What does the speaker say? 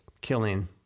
killing